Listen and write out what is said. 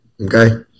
okay